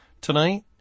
Tonight